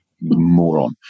Moron